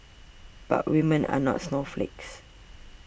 but women are not snowflakes